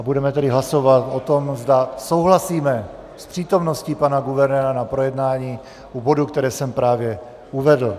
Budeme tedy hlasovat o tom, zda souhlasíme s přítomností pana guvernéra při projednávání bodů, které jsem právě uvedl.